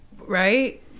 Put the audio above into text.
Right